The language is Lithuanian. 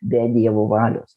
be dievo valios